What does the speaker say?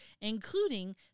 including